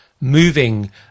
moving